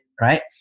right